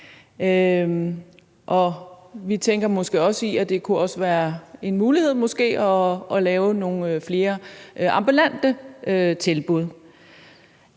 Vi tænker måske også, at det kunne være en mulighed at lave nogle flere ambulante tilbud.